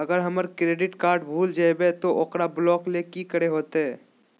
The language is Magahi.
अगर हमर क्रेडिट कार्ड भूल जइबे तो ओकरा ब्लॉक लें कि करे होते?